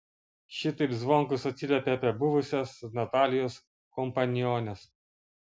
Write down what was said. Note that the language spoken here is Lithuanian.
šitaip zvonkus atsiliepė apie buvusias natalijos kompaniones